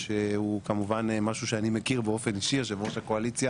התפקיד של יו"ר הקואליציה